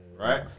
right